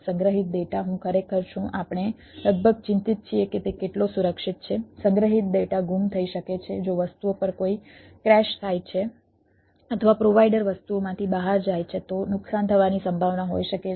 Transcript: સંગ્રહિત ડેટા હું ખરેખર છું આપણે લગભગ ચિંતિત છીએ કે તે કેટલો સુરક્ષિત છે સંગ્રહિત ડેટા ગુમ થઈ શકે છે જો વસ્તુઓ પર કોઈ ક્રેશ થાય છે અથવા પ્રોવાઈડર વસ્તુઓમાંથી બહાર જાય છે તો નુકસાન થવાની સંભાવના હોઈ શકે છે